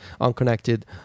Unconnected